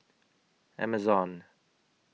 Amazon